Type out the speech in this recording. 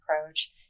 approach